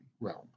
realm